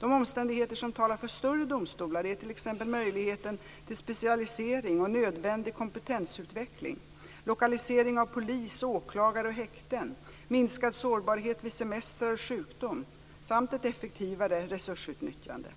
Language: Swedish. De omständigheter som talar för större domstolar är t.ex. möjligheter till specialisering och nödvändig kompetensutveckling, lokaliseringen av polis, åklagare och häkten, minskad sårbarhet vid semestrar och sjukdom samt ett effektivare resursutnyttjande.